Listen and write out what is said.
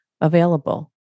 available